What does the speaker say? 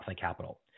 Capital